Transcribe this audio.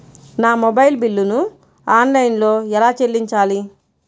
నా మొబైల్ బిల్లును ఆన్లైన్లో ఎలా చెల్లించాలి?